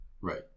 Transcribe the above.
Right